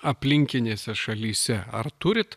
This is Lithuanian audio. aplinkinėse šalyse ar turit